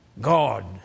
God